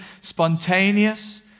spontaneous